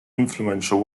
influential